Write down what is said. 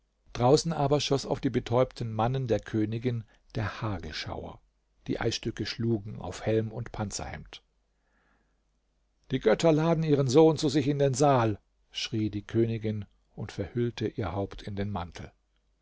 draußen aber schoß auf die betäubten mannen der königin der hagelschauer die eisstücke schlugen auf helm und panzerhemd die götter laden ihren sohn zu sich in den saal schrie die königin und verhüllte ihr haupt in den mantel